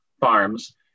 farms